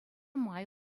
май